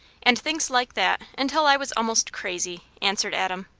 and things like that until i was almost crazy, answered adam.